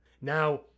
Now